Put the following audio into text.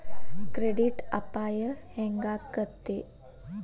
Credit ಅಪಾಯಾ ಹೆಂಗಾಕ್ಕತೇ?